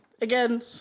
Again